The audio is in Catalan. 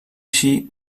així